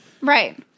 Right